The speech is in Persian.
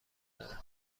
داره